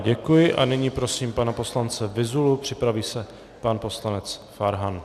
Děkuji, a nyní prosím pana poslance Vyzulu, připraví se pan poslanec Farhan.